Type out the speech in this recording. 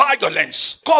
Violence